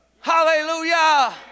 Hallelujah